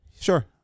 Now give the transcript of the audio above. Sure